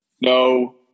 No